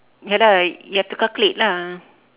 ya lah you have to calculate lah